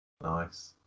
Nice